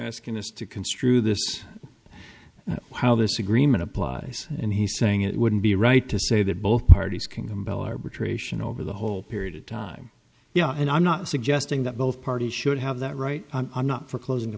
asking us to construe this how this agreement applies and he's saying it wouldn't be right to say that both parties can compel arbitration over the whole period of time yeah and i'm not suggesting that both parties should have that right i'm not for closing the